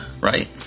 Right